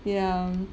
ya